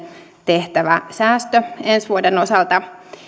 tehtävä säästö ensi vuoden osalta